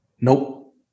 Nope